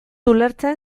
ulertzen